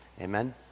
Amen